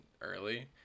early